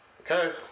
okay